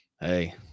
Hey